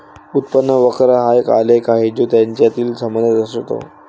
उत्पन्न वक्र हा एक आलेख आहे जो यांच्यातील संबंध दर्शवितो